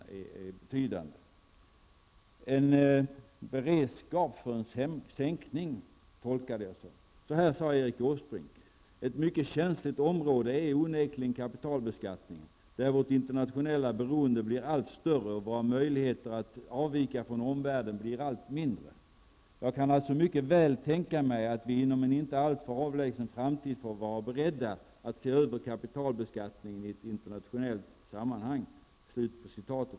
Jag tolkar det som en beredskap för en sänkning. ''Ett mycket känsligt område är onekligen kapitalbeskattningen, där vårt internationella beroende blir allt större och våra möjligheter att avvika från omvärlden blir allt mindre. Jag kan alltså mycket väl tänka mig att vi inom en inte alltför avlägsen framtid får vara beredda att se över kapitalbeskattningen i ett internationellt sammanhang.''